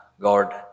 God